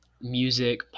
music